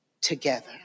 together